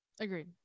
agreed